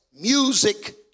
music